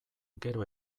gero